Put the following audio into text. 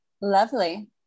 Lovely